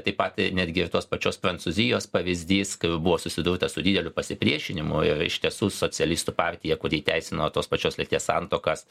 taip pat netgi ir tos pačios prancūzijos pavyzdys kai buvo susidurta su dideliu pasipriešinimu ir iš tiesų socialistų partija kuri įteisino tos pačios lyties santuokas